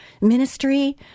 ministry